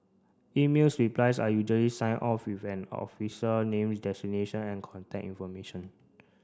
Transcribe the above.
emails replies are usually signed off with an officer name designation and contact information